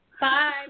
bye